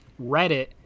Reddit